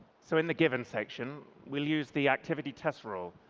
so in the given section, we'll use the activity test rule,